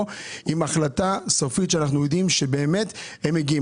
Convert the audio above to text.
עם החלטה סופית שאנחנו יודעים שבאמת הדברים מתקבלים.